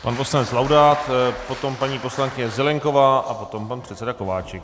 Pan poslanec Laudát, potom paní poslankyně Zelienková a potom pan předseda Kováčik.